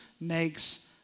makes